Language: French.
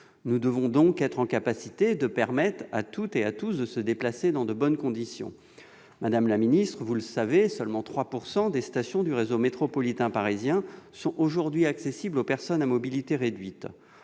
Nous devons être donc en capacité de permettre à toutes et à tous de se déplacer dans de bonnes conditions. Madame la secrétaire d'État, vous le savez, seulement 3 % des stations du réseau métropolitain parisien sont aujourd'hui accessibles aux personnes à mobilité réduite.